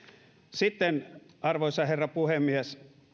sitten arvoisa herra puhemies